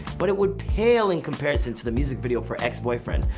but it would pale in comparison to the music video for ex boyfriend,